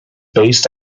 based